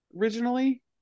Originally